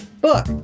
Book